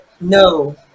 No